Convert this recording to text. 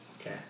Okay